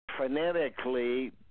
Phonetically